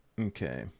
okay